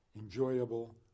enjoyable